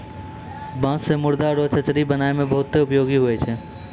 बाँस से मुर्दा रो चचरी बनाय मे बहुत उपयोगी हुवै छै